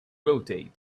rotate